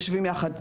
יושבים יחד.